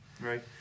Right